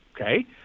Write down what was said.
Okay